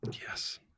Yes